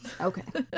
Okay